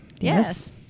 Yes